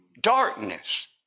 darkness